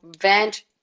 vent